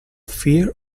fear